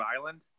Island